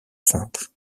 cintre